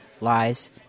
lies